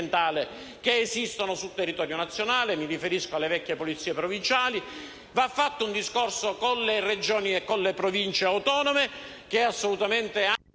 che esistono sul territorio nazionale - mi riferisco alle vecchie polizie provinciali - e va fatto un discorso con le Regioni e con le Province autonome che hanno dei